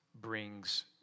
brings